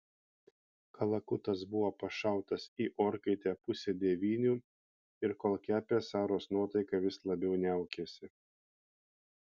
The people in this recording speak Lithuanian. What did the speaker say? kalakutas buvo pašautas į orkaitę pusę devynių ir kol kepė saros nuotaika vis labiau niaukėsi